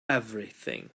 everything